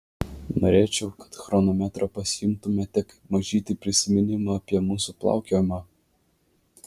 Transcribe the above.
norėčiau kad chronometrą pasiimtumėte kaip mažytį prisiminimą apie mūsų plaukiojimą